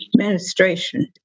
administration